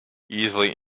easily